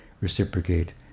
reciprocate